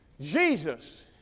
Jesus